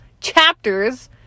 Chapters